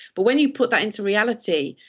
but when you put that into reality,